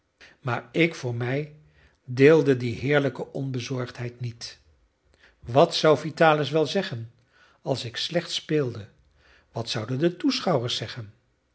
maar ik voor mij deelde die heerlijke onbezorgdheid niet wat zou vitalis wel zeggen als ik slecht speelde wat zouden de toeschouwers zeggen